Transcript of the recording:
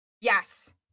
Yes